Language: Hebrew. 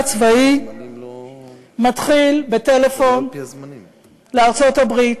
צבאי מתחיל בטלפון לארצות-הברית,